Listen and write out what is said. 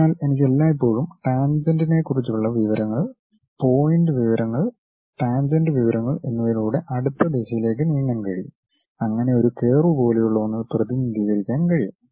അതിനാൽ എനിക്ക് എല്ലായ്പ്പോഴും ടാൻജെന്റിനെക്കുറിച്ചുള്ള വിവരങ്ങൾ പോയിന്റ് വിവരങ്ങൾ ടാൻജെന്റ് വിവരങ്ങൾ എന്നിവയിലൂടെ അടുത്ത ദിശയിലേക്ക് നീങ്ങാൻ കഴിയും അങ്ങനെ ഒരു കർവ് പോലെയുള്ള ഒന്ന് പ്രതിനിധീകരിക്കാൻ കഴിയും